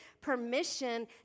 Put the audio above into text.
permission